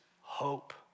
hope